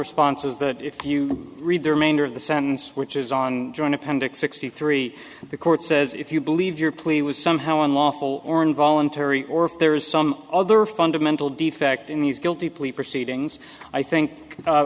response is that if you read the remainder of the sentence which is on john appendix sixty three the court says if you believe your plea was somehow unlawful or involuntary or if there is some other fundamental defect in these guilty plea proceedings i think